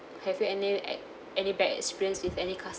have you any like any bad experience with any